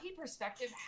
perspective